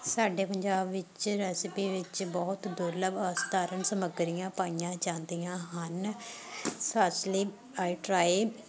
ਸਾਡੇ ਪੰਜਾਬ ਵਿੱਚ ਰੈਸਪੀ ਵਿੱਚ ਬਹੁਤ ਦੁਰਲੱਭ ਅਸਧਾਰਨ ਸਮੱਗਰੀਆਂ ਪਾਈਆਂ ਜਾਂਦੀਆਂ ਹਨ ਫਸਟਲੀ ਆਈ ਟਰਾਏ